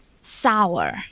sour